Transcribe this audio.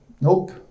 Nope